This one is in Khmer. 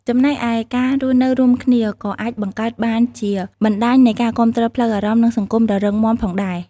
ចំណែកឯ ការរស់នៅរួមគ្នា ក៏អាចបង្កើតបានជាបណ្តាញនៃការគាំទ្រផ្លូវអារម្មណ៍ និងសង្គមដ៏រឹងមាំផងដែរ។